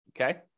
Okay